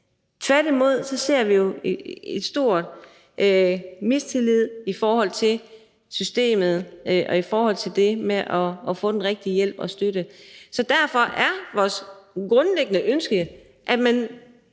Tværtimod ser vi jo en stor mistillid i forhold til systemet og i forhold til det med at få den rigtige hjælp og støtte. Så derfor er vores grundlæggende ønske, at man